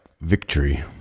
victory